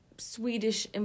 Swedish